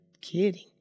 kidding